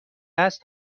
است